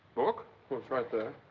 book but right there.